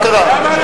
מה קרה?